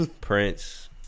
Prince